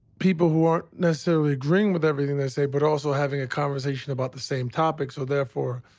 people who aren't necessarily agreeing with everything they say but also having a conversation about the same topic. so therefore,